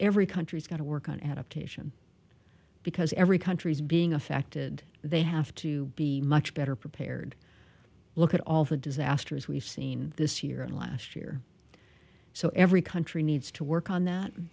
every country's got to work on adaptation because every country is being affected they have to be much better prepared look at all the disasters we've seen this year and last year so every country needs to work on that